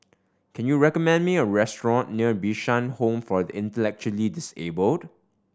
can you recommend me a restaurant near Bishan Home for the Intellectually Disabled